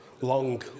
Long